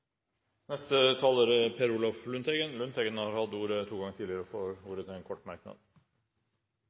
neste fredag. Representanten Ketil Solvik-Olsen har hatt ordet to ganger tidligere og får ordet til en kort merknad,